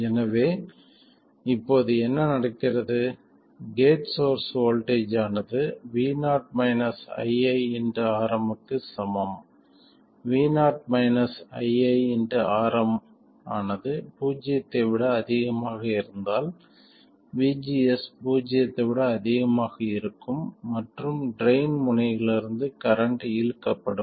எனவே இப்போது என்ன நடக்கிறது கேட் சோர்ஸ் வோல்ட்டேஜ் ஆனது vo iiRm க்கு சமம் vo iiRm ஆனது பூஜ்ஜியத்தை விட அதிகமாக இருந்தால் vgs பூஜ்ஜியத்தை விட அதிகமாக இருக்கும் மற்றும் ட்ரைன் முனையிலிருந்து கரண்ட் இழுக்கப்படும்